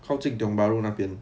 靠近 tiong bahru 那边